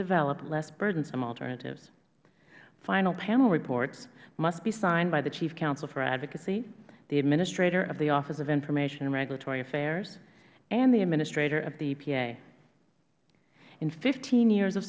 develop less burdensome alternatives final panel reports must be signed by the chief counsel for advocacy the administrator of the office of information and regulatory affairs and the administrator of the epa in fifteen years of